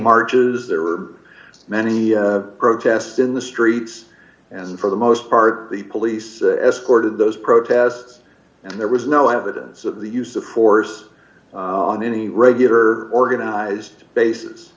marches there were many protest in the streets and for the most part the police escorted those protests and there was no evidence of the use of force d on any regular organized basis